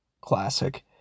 classic